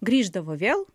grįždavo vėl